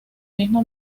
misma